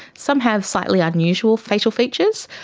some have slightly unusual facial features.